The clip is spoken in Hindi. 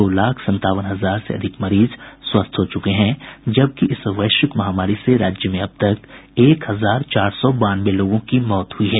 दो लाख संतावन हजार से अधिक मरीज स्वस्थ हो चुके हैं जबकि इस वैश्विक महामारी से राज्य में अब तक एक हजार चार सौ बानवे लोगों की मौत हुई है